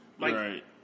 Right